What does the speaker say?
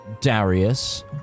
Darius